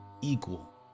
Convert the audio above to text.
equal